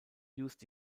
used